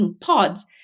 pods